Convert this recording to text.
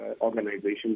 organizations